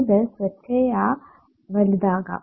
ഇത് സ്വേച്ഛയാ വലുതാകാം